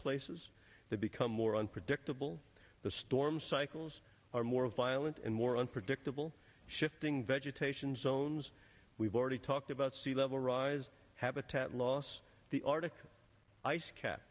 places that become more unpredictable the storm cycles are more violent and more unpredictable shifting vegetation zones we've already talked about sea level rise habitat loss the arctic ice ca